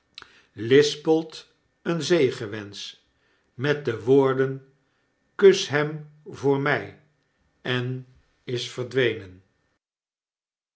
lispelt een zegenwensch met de woorden kus hem voor my en is verdwenen